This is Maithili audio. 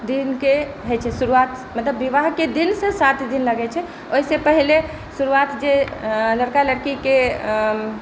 दिनके होइ छै शुरुआत मतलब विवाहके दिनसँ सात दिन लागै छै ओहिसँ पहिले शुरुआत जे लड़का लड़कीके